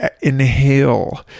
inhale